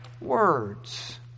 words